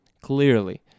clearly